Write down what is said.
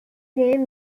name